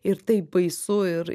ir taip baisu ir